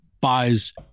buys